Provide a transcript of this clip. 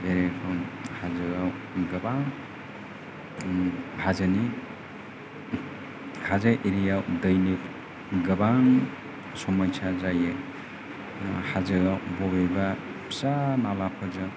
बे रोखोम हाजोआव गोबां हाजोनि हाजो एरियायाव दैनि गोबां समस्या जायो हाजोआव बबेबा फिसा माबाफोरजों